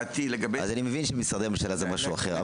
אז אני מבין שמשרדי ממשלה זה משהו אחר,